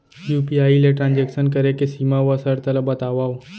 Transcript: UPI ले transaction करे के सीमा व शर्त ला बतावव?